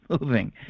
moving